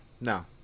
No